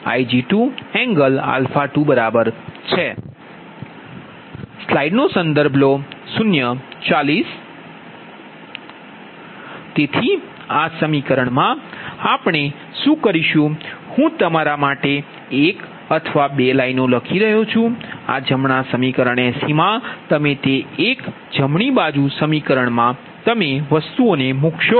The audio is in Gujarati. તેથી આ સમીકરણમાં આપણે શું કરીશું હું તમારા માટે એક અથવા 2 લાઇનો લખી રહ્યો છું આ જમણા સમીકરણ 80 માં તમે તે એક જમણી બાજુ સમીકરણમાં મૂકશો